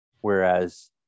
Whereas